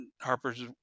Harper's